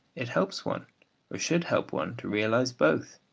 it helps one, or should help one, to realise both,